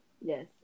Yes